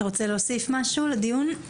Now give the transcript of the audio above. אתה רוצה להוסיף משהו לדיון?